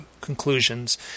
conclusions